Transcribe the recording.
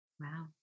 Wow